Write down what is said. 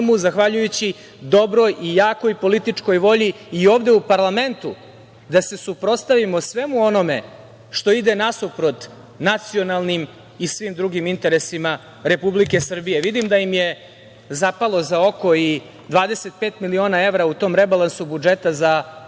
zahvaljujući dobroj i jakoj političkoj volji i ovde u parlamentu da se suprotstavimo svemu onome što ide nasuprot nacionalnim i svim drugim interesima Republike Srbije. Vidim da im je zapalo za oko i 25 miliona evra u tom rebalansu budžeta za